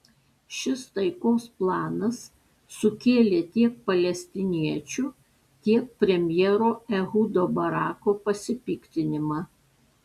šis taikos planas sukėlė tiek palestiniečių tiek premjero ehudo barako pasipiktinimą